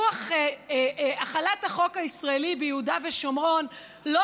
החלת החוק הישראלי ביהודה ושומרון לא